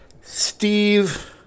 Steve